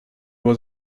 was